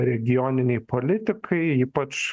regioninei politikai ypač